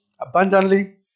abundantly